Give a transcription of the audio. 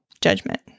judgment